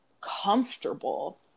comfortable